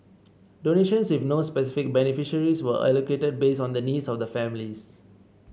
donations with no specific beneficiaries were allocated based on the needs of the families